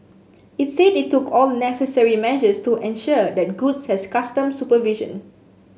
it said it took all necessary measures to ensure that goods had customs supervision